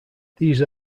these